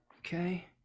okay